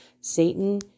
Satan